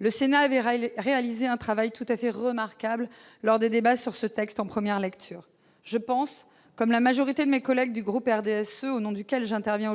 Le Sénat avait réalisé un travail tout à fait remarquable sur ce texte en première lecture. Je pense, comme la majorité de mes collègues du groupe du RDSE, au nom duquel j'interviens,